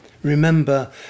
Remember